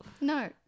No